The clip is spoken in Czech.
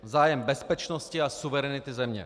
Zájem bezpečnosti a suverenity země.